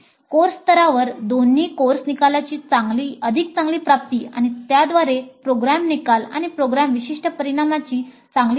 course स्तरावर दोन्ही course निकालाची अधिक चांगली प्राप्ती आणि त्याद्वारे प्रोग्राम निकाल आणि प्रोग्राम विशिष्ट परिणामांची चांगली प्राप्ती